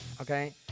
Okay